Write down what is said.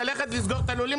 ללכת לסגור את הלולים,